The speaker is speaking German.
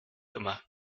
immer